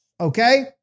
Okay